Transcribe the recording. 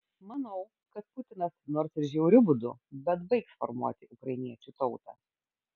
manau kad putinas nors ir žiauriu būdu bet baigs formuoti ukrainiečių tautą